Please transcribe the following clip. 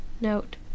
Note